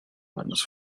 manos